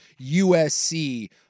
USC